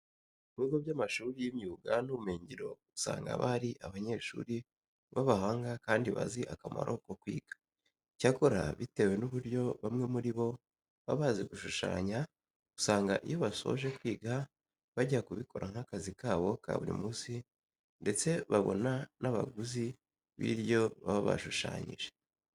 Mu bigo by'amashuri y'imyuga n'ubumenyingiro usanga haba hari abanyeshuri b'abahanga kandi bazi akamaro ko kwiga. Icyakora bitewe n'uburyo bamwe muri bo baba bazi gushushanya, usanga iyo basoje kwiga bajya kubikora nk'akazi kabo ka buri munsi ndetse babona n'abaguzi b'ibyo baba bashushanyije.